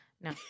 No